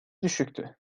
düşüktü